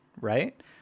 right